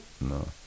No